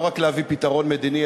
לא רק להביא פתרון מדיני,